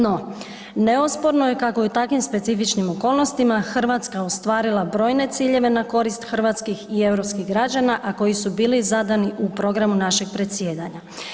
No, neosporno je kako je u takvim specifičnim okolnostima Hrvatska ostvarila brojne ciljeve na korist hrvatskih i europskih građana, a koji su bili zadani u programu našeg predsjedanja.